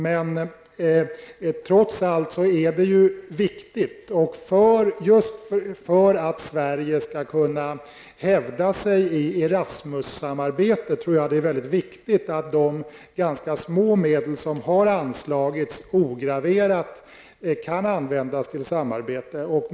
Men just för att Sverige skall kunna hävda sig i ERASMUS samarbetet är det viktigt att de ganska små medel som har anslagits ograverat kan användas till samarbete.